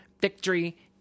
victory